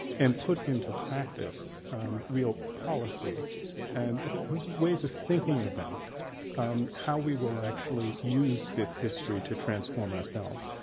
and put into practice real policy and ways of thinking about how we will actually use this history to transform ourselves.